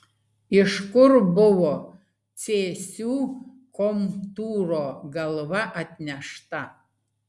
iš kur buvo cėsių komtūro galva atnešta